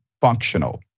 functional